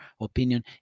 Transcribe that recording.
opinion